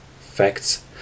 facts